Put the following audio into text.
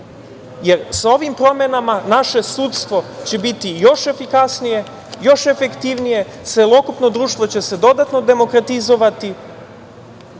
jer sa ovim promenama naše sudstvo će biti još efikasnije, još efektivnije, celokupno društvo će se dodatno demokratizovati